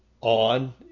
on